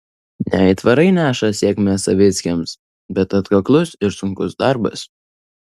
ne aitvarai neša sėkmę savickiams bet atkaklus ir sunkus darbas